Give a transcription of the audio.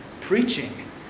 Preaching